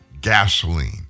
Gasoline